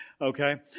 Okay